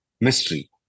mystery